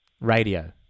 Radio